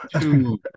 two